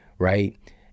Right